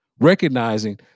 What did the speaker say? Recognizing